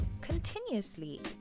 Continuously